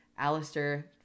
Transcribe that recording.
Alistair